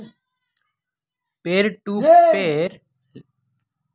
peer to peer lending ಕಡ್ಮಿ over ಹೆಡ್ನೊಂದಿಗಿ ಕಾರ್ಯನಿರ್ವಹಿಸಕ ಪ್ರಯತ್ನಿಸ್ತವ